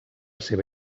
seva